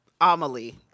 Amelie